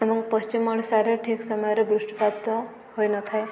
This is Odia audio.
ଏବଂ ପଶ୍ଚିମ ଓଡ଼ିଶାରେ ଠିକ୍ ସମୟରେ ବୃଷ୍ଟିପାତ ହୋଇନଥାଏ